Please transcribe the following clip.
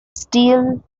steel